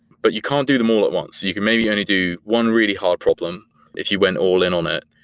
but you can't do them all at once. you can maybe only do one really hard problem if you went all in on it.